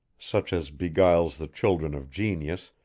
such as beguiles the children of genius,